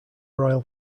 royal